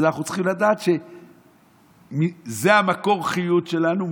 אז אנחנו צריכים לדעת שזה מקור החיות שלנו,